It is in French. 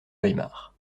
weimar